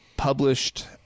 published